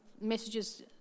messages